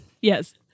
Yes